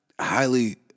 highly